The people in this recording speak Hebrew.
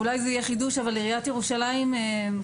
אולי זה יהיה חידוש אבל עיריית ירושלים כבר